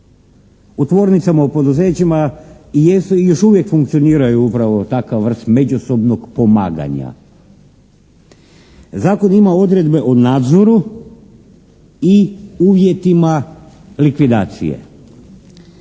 U tvornicama, u poduzećima i jesu i još uvijek funkcionira upravo takva vrst međusobnog pomaganja. Zakon ima odredbe o nadzoru i uvjetima likvidacije.